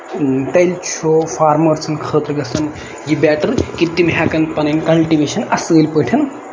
تیلہِ چھُ فارمَر سندۍ خٲطرٕ گژھان یہِ بیٹر کہِ تِم ہٮ۪کَن پَنٕنۍ یہِ کَلٹِویشن اَصٕل پٲٹھۍ